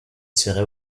serait